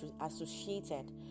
associated